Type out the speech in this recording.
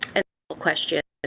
and a question